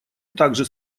также